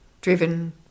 driven